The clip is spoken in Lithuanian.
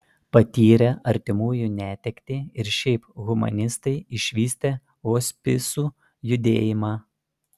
patyrę artimųjų netektį ir šiaip humanistai išvystė hospisų judėjimą